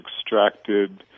extracted